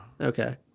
okay